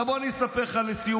עכשיו הוא אני אספר לך לסיום,